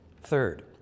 Third